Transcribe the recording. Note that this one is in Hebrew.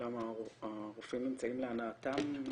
למה, הרופאים נמצאים להנאתם במערכת הבריאות?